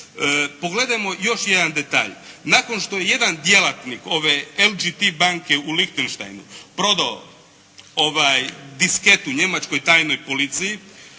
Pogledajmo još jedan detalj. Nakon što je jedan djelatnik ove LGT banke u Lichtensteinu prodao disketu njemačkoj tajnoj policiji